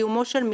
בסיומו של מכרז,